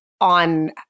on